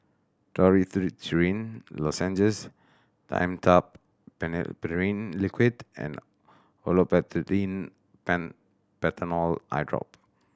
Dorithricin Lozenges Dimetapp Phenylephrine Liquid and Olopatadine Patanol Eyedrop